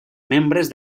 membres